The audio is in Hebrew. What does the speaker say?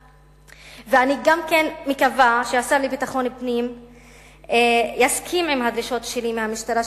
ואני גם כן מקווה שהשר לביטחון פנים יסכים עם הדרישות שלי מהמשטרה,